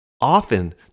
Often